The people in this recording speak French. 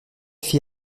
fit